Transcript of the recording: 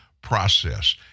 process